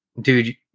dude